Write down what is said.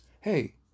hey